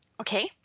Okay